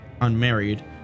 unmarried